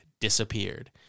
disappeared